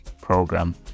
program